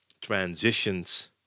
transitions